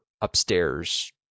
upstairs